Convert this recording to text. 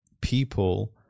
people